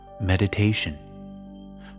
meditation